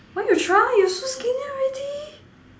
why you try you so skinny already